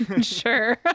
Sure